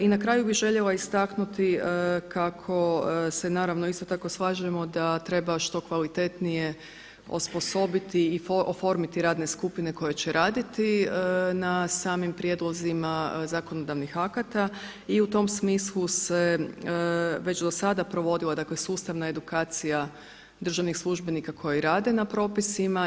I na kraju bih željela istaknuti kako se naravno isto tako slažemo da treba što kvalitetnije osposobiti i oformiti radne skupine koje će raditi na samim prijedlozima zakonodavnih akata i u tom smislu se već do sada provodila, dakle sustavna edukacija državnih službenika koji rade na propisima.